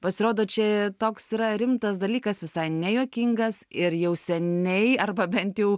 pasirodo čia toks yra rimtas dalykas visai nejuokingas ir jau seniai arba bent jau